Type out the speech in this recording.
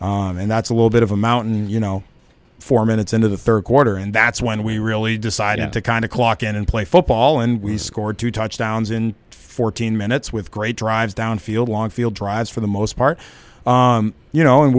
and that's a little bit of a mountain you know four minutes into the third quarter and that's when we really decided to kind of clock in and play football and we scored two touchdowns in fourteen minutes with great drives downfield long field drives for the most part you know and